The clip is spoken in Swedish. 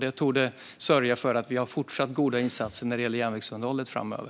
Det torde innebära att vi fortsatt har goda insatser när det gäller järnvägsunderhållet framöver.